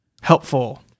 helpful